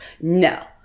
No